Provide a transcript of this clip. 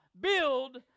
build